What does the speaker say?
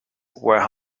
were